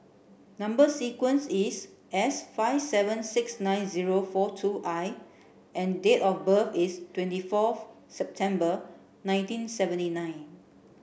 number sequence is S five seven six nine zero four two I and date of birth is twenty forth September nineteen seventy nine